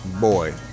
Boy